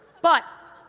but,